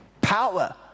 power